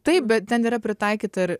taip bet ten yra pritaikyta ir